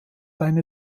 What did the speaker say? eine